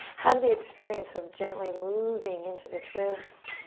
have the experience of gently moving into the twist,